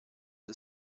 the